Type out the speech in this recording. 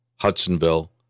Hudsonville